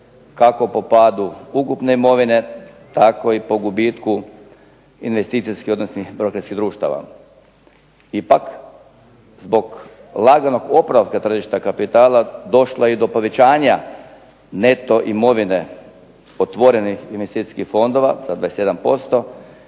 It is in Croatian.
kako po padu ukupne imovine, tako i po gubitku investicijske, odnosno …/Ne razumije se./… društava. Ipak zbog laganog oporavka tržišta kapitala, došlo je i do povećanja neto imovine otvorenih investicijskih fondova sa 21%